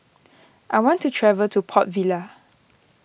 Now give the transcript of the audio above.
I want to travel to Port Vila